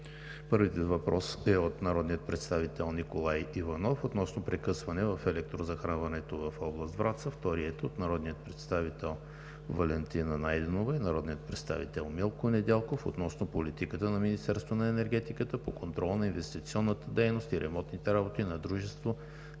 Първият въпрос е от народния представител Николай Иванов относно прекъсване на електрозахранването в област Враца. Вторият е от народния представител Валентина Найденова и народния представител Милко Недялков относно политиката на Министерството на енергетиката по контрол на инвестиционната дейност и ремонтните работи на дружество „ЧЕЗ